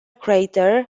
crater